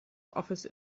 office